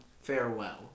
Farewell